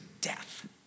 death